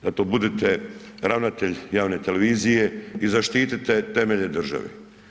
Zato budite ravnatelj javne televizije i zaštite temelje države.